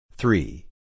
Three